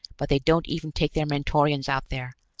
but they don't even take their mentorians out there.